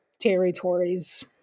territories